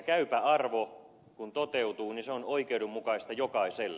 käypä arvo kun toteutuu se on oikeudenmukaista jokaiselle